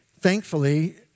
thankfully